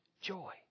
joy